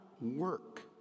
work